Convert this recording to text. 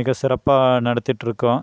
மிக சிறப்பாக நடத்திட்டிருக்கோம்